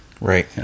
right